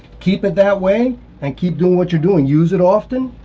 keep it that way and keep doing what you're doing. use it often.